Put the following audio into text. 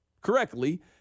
correctly